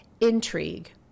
intrigue